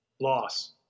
Loss